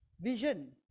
Vision